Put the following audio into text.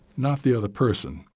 not the other person.